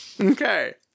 Okay